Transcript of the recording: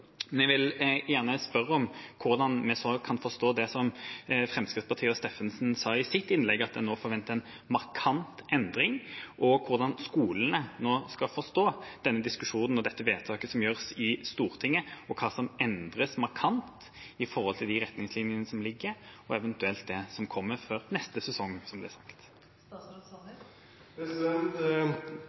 Jeg vil gjerne spørre om hvordan vi skal forstå det som Fremskrittspartiets representant Steffensen sa i sitt innlegg, at en nå forventer en markant endring, og hvordan skolene skal forstå den diskusjonen og dette vedtaket som gjøres i Stortinget, og hva som endres markant i forhold til de retningslinjene som foreligger, og det som eventuelt kommer før neste sesong